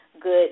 good